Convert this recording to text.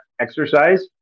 exercise